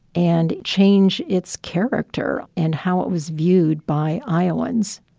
and change its character and how it was viewed by iowans